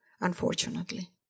unfortunately